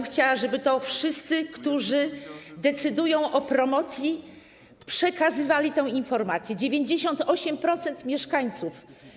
Chciałabym, żeby wszyscy, którzy decydują o promocji, przekazywali tę informację: 98% mieszkańców.